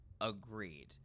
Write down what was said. Agreed